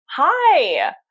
Hi